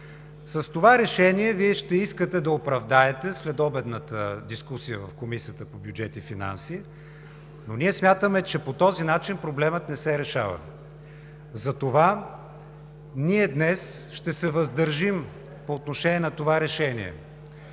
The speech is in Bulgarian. С това решение Вие ще искате да оправдаете следобедната дискусия в Комисията по бюджет и финанси, но ние смятаме, че по този начин проблемът не се решава. Затова днес ще се „въздържим“ по отношение на това решение